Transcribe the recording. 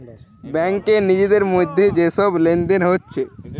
ব্যাংকে নিজেদের মধ্যে যে সব লেনদেন হচ্ছে